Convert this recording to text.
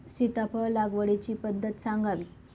सीताफळ लागवडीची पद्धत सांगावी?